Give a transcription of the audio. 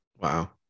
Wow